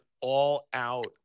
all-out